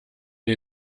den